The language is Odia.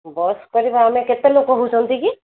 ବସ୍ କରିବା ଆମେ କେତେ ଲୋକ ହଉଛନ୍ତି କି